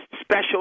special